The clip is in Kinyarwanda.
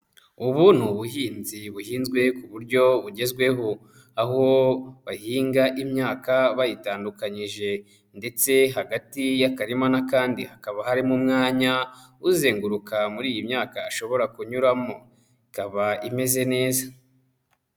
Ubu ni ubuhinzi buhinzwe ku buryo bugezweho, aho bahinga imyaka bayitandukanyije ndetse hagati y'akarima n'akandi hakaba harimo umwanya, uzenguruka muri iyi myaka ashobora kunyuramo ikaba imeze neza.